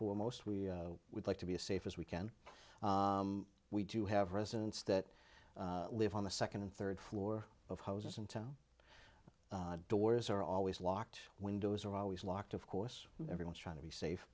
foremost we would like to be as safe as we can we do have residents that live on the second and third floor of houses in town doors are always locked windows are always locked of course everyone's trying to be safe